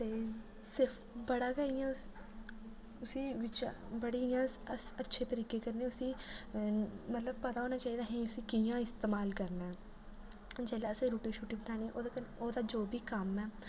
ते सिर्फ बड़ा गै इ'यां उस उसी बिच्चा बड़ी इयां अस अस अच्छे तरीके कन्नै उसी मतलब पता होना चाहिदा असें इसी कि'यां इस्तेमाल करना ऐ जेल्लै असें रुट्टी शुट्टी बनानी ओह्दा कन्नै ओह्दा जो बी कम्म ऐ